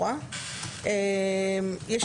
חמורה בקטין או בחסר ישע הלומד במוסד החינוך",